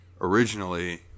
originally